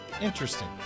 Interesting